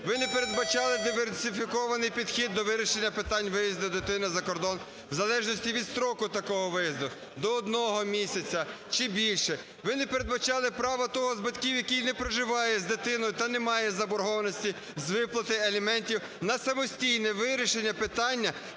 Ви не передбачали диверсифікований підхід до вирішення питань виїзду дитини за кордон в залежності від строку такого виїзду – до одного місяця чи більше. Ви не передбачали права того з батьків, який не проживає з дитиною та не має заборгованості з виплати аліментів на самостійне вирішення питання